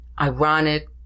ironic